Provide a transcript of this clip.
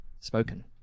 spoken